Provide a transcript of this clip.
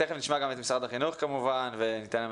תיכף נשמע גם את משרד החינוך כמובן וניתן להם